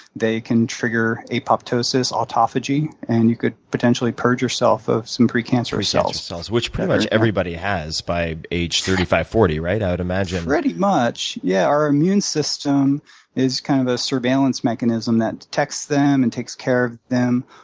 they can trigger apoptosis autophagy, and you could potentially purge yourself of some precancerous cells. precancerous cells, which pretty much everybody has by age thirty five, forty, right, i would imagine? pretty much, yeah. our immune system is kind of a surveillance mechanism that detects them and takes care them.